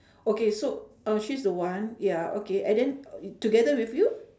okay so oh she's the one ya okay and then together with you